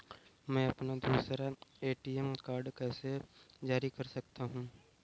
मैं अपना दूसरा ए.टी.एम कार्ड कैसे जारी कर सकता हूँ?